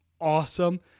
awesome